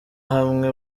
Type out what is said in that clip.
hamwe